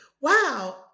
Wow